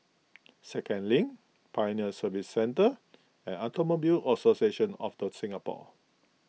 Second Link Pioneer Service Centre and Automobile Association of the Singapore